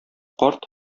карт